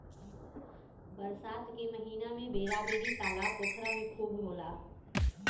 बरसात के महिना में बेरा बेरी तालाब पोखरा में खूब होला